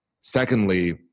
Secondly